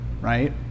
right